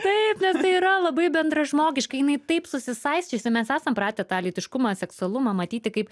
taip nes tai yra labai bendražmogiška jinai taip susisaisčiusi mes esam pratę tą lytiškumą seksualumą matyti kaip